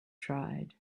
tried